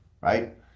right